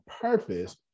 purpose